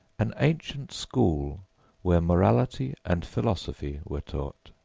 an ancient school where morality and philosophy were taught.